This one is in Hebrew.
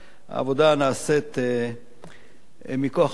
העבודה נעשית מכוח החוק הזה.